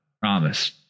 Promise